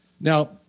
Now